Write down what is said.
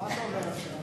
מה אתה אומר עכשיו?